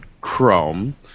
Chrome